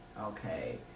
Okay